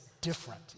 different